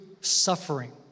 suffering